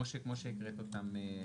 כמו שהקראת עכשיו.